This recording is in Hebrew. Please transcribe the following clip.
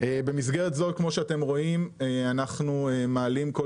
במסגרת זו כמו שאתם רואים אנחנו מעלים כל